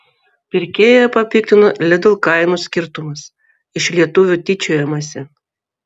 pirkėją papiktino lidl kainų skirtumas iš lietuvių tyčiojamasi